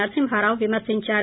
నరసింహారావు విమర్పించారు